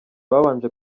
babanje